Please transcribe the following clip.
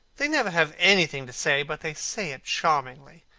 they never have anything to say, but they say it charmingly.